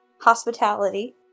hospitality